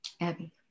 Abby